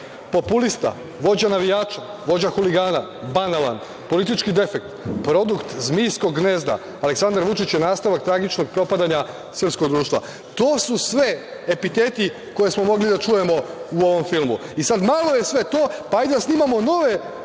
populista, vođa navijača, vođa huligana, banalan, politički defekt, produkt zmijskog gnezda, Aleksandar Vučić je nastavak tragičnog propadanja srpskog društva. To su sve epiteti koje smo mogli da čujemo u ovom filmu. Sada, malo je sve to, pa hajde da snimamo nove i